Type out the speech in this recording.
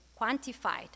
quantified